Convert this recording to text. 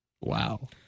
Wow